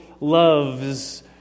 loves